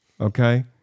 okay